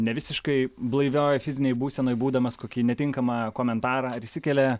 ne visiškai blaivioj fizinėj būsenoj būdamas kokį netinkamą komentarą ar įsikelia